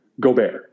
Gobert